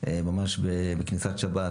ממש בכניסת שבת